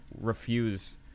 refuse